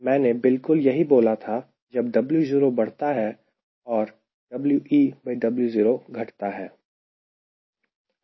मैंने बिल्कुल यही बोला था जब W0 बढ़ता है और WeWo घटता है